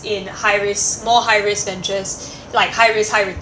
in high risk more high risk than just like high risk high risk